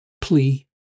plea